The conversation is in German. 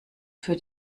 für